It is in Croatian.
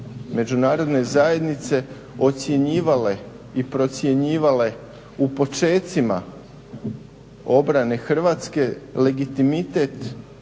međunarodne zajednice ocjenjivale i procjenjivale u počecima obrane Hrvatske legitimitet